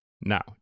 Now